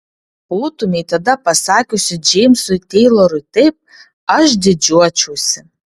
būtumei tada pasakiusi džeimsui teilorui taip aš didžiuočiausi